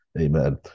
Amen